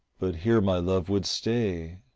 but here my love would stay.